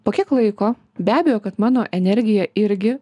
po kiek laiko be abejo kad mano energija irgi